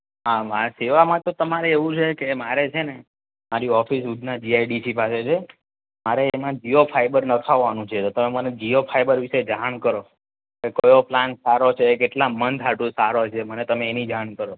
આમા સેવામાં તો તમારે એવું છે કે મારે છે ને મારી ઓફિસ ઉધના જીઆઇડીસી પાસે છે મારે એમાં જીઓ ફાઈબર નખાવવાનું છે તો તમે મને જીઓ ફાઈબર વિશે જાણ કરો કે કયો પ્લાન સારો છે કેટલા મંથ હાટુ સારો છે મને તમે એની જાણ કરો